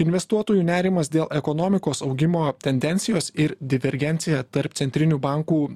investuotojų nerimas dėl ekonomikos augimo tendencijos ir divergencija tarp centrinių bankų